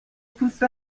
پوست